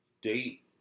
date